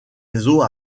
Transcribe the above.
réseau